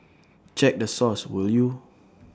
check the source will you